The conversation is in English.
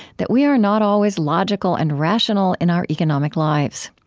that we are not always logical and rational in our economic lives.